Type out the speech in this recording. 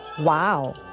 Wow